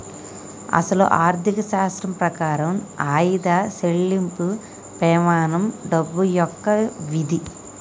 అసలు ఆర్థిక శాస్త్రం ప్రకారం ఆయిదా సెళ్ళింపు పెమానం డబ్బు యొక్క విధి